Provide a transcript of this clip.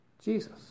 Jesus